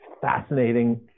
fascinating